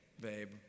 babe